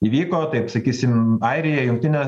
įvyko taip sakysim airija jungtinė